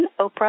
Oprah